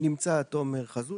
נמצא תומר חזות